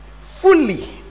Fully